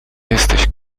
jesteś